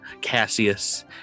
Cassius